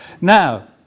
Now